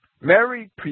Mary